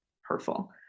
hurtful